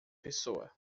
pessoa